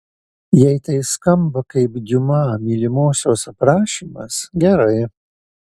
jei tai skamba kaip diuma mylimosios aprašymas gerai